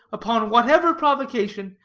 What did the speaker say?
upon whatever provocation,